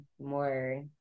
more